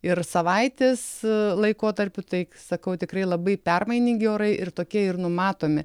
ir savaitės laikotarpiu tai sakau tikrai labai permainingi orai ir tokie ir numatomi